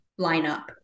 lineup